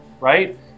right